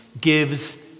gives